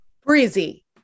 Breezy